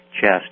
chest